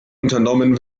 unternommen